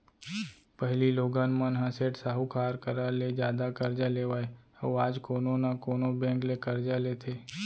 पहिली लोगन मन ह सेठ साहूकार करा ले जादा करजा लेवय अउ आज कोनो न कोनो बेंक ले करजा लेथे